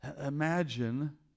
Imagine